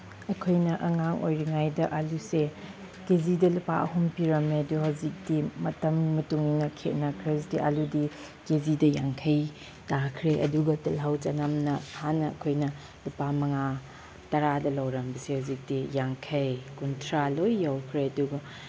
ꯑꯩꯈꯣꯏꯅ ꯑꯉꯥꯡ ꯑꯣꯏꯔꯤꯉꯩꯗ ꯑꯥꯜꯂꯨꯁꯦ ꯀꯦ ꯖꯤꯗ ꯂꯨꯄꯥ ꯑꯍꯨꯝ ꯄꯤꯔꯝꯃꯦ ꯑꯗꯣ ꯍꯧꯖꯤꯛꯇꯤ ꯃꯇꯝꯒꯤ ꯃꯇꯨꯡ ꯏꯟꯅ ꯈꯦꯠꯅꯈ꯭ꯔꯦ ꯍꯧꯖꯤꯛꯇꯤ ꯑꯥꯜꯂꯨꯗꯤ ꯀꯦ ꯖꯤꯗ ꯌꯥꯡꯈꯩ ꯇꯥꯈ꯭ꯔꯦ ꯑꯗꯨꯒ ꯇꯤꯜꯍꯧ ꯆꯅꯝꯅ ꯍꯥꯟꯅ ꯑꯩꯈꯣꯏꯅ ꯂꯨꯄꯥ ꯃꯉꯥ ꯇꯔꯥꯗ ꯂꯧꯔꯝꯕꯁꯦ ꯍꯧꯖꯤꯛꯇꯤ ꯌꯥꯡꯈꯩ ꯀꯨꯟꯊ꯭ꯔꯥ ꯂꯣꯏ ꯌꯧꯈ꯭ꯔꯦ ꯑꯗꯨꯒ